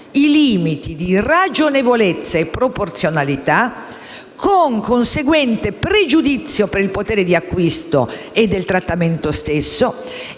i limiti di ragionevolezza e proporzionalità con conseguente pregiudizio per il potere di acquisto e del trattamento stesso